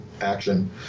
action